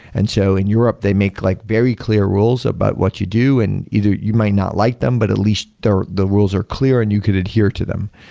and so in europe they make like very clear rules about what you do and either you might not like them, but at least the the rules are clear and you could adhere to them.